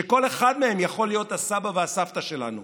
שכל אחד מהם יכול להיות הסבא והסבתא שלנו.